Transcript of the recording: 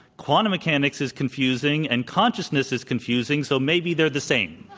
quantum mechanics is confusing, and consciousness is confusing, so maybe they're the same.